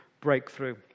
breakthrough